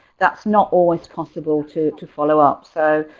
that's not always possible to to follow up. so,